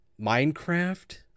Minecraft